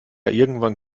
irgendwann